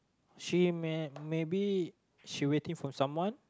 she may she maybe she waiting for someone